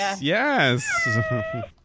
Yes